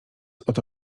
oto